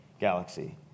galaxy